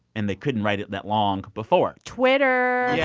and they couldn't write it that long before? twitter yes